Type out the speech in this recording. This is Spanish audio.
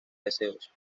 deseos